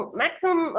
maximum